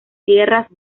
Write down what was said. tierras